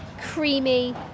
creamy